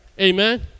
Amen